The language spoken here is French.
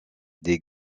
des